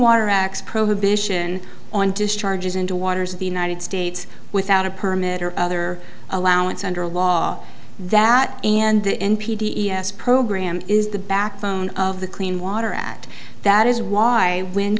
water acts prohibition on discharges into waters of the united states without a permit or other allowance under law that and the n p t s program is the backbone of the clean water act that is why when